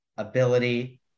ability